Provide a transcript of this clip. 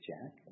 Jack